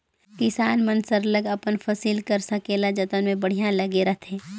किसान मन सरलग अपन फसिल कर संकेला जतन में बड़िहा लगे रहथें